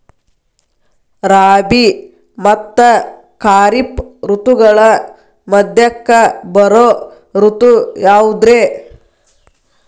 ರಾಬಿ ಮತ್ತ ಖಾರಿಫ್ ಋತುಗಳ ಮಧ್ಯಕ್ಕ ಬರೋ ಋತು ಯಾವುದ್ರೇ?